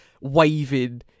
waving